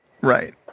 Right